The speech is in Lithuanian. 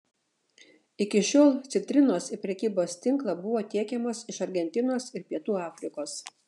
iki šiol citrinos į prekybos tinklą buvo tiekiamos iš argentinos ir pietų afrikos